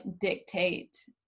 dictate